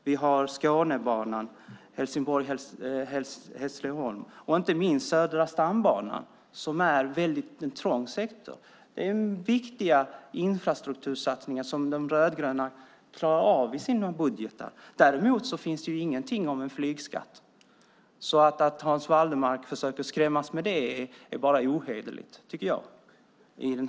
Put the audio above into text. Vi har också Skånebanan, Helsingborg-Hässleholm, och inte minst Södra stambanan, där det är väldigt trångt i dag. Det är viktiga infrastruktursatsningar som de rödgröna klarar av i sina budgetar. Däremot finns det inget om någon flygskatt. Att Hans Wallmark försöker skrämmas med det är bara ohederligt, tycker jag.